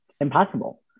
impossible